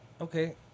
Okay